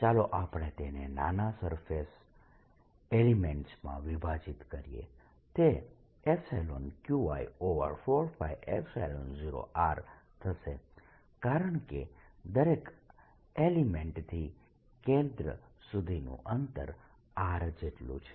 ચાલો આપણે તેને નાના સરફેસ એલિમેન્ટ્સમાં વિભાજીત કરીએ તે Qi4π0R થશે કારણકે દરેક એલિમેન્ટથી કેન્દ્ર સુધીનું અંતર R જેટલું છે